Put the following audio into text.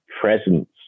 presence